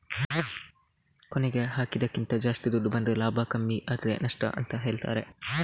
ಕೊನೆಗೆ ಹಾಕಿದ್ದಕ್ಕಿಂತ ಜಾಸ್ತಿ ದುಡ್ಡು ಬಂದ್ರೆ ಲಾಭ ಕಮ್ಮಿ ಆದ್ರೆ ನಷ್ಟ ಅಂತ ಹೇಳ್ತಾರೆ